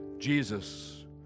Jesus